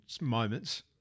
moments